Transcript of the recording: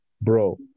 Bro